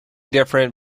different